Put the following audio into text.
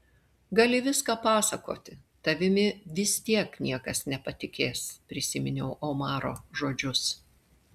gali viską pasakoti tavimi vis tiek niekas nepatikės prisiminiau omaro žodžius